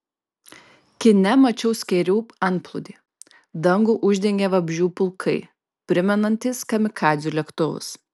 kine mačiau skėrių antplūdį dangų uždengė vabzdžių pulkai primenantys kamikadzių lėktuvus